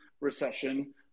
recession